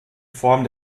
form